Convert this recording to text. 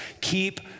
Keep